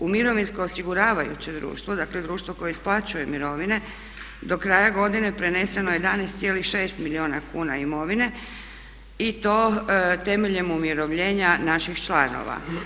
U mirovinsko osiguravajuće društvo, dakle društvo koje isplaćuje mirovine, do kraja godine preneseno je 11,6 milijuna kuna imovine i to temeljem umirovljenja naših članova.